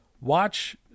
watch